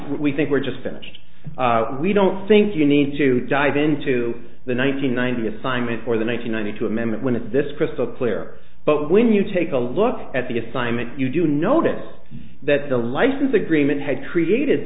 we think we're just finished we don't think you need to dive into the one nine hundred ninety assignment or the one thousand ninety two amendment when it this crystal clear but when you take a look at the assignment you do notice that the license agreement had created